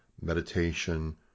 meditation